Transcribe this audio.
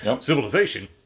Civilization